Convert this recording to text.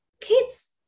kids